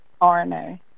RNA